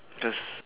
cause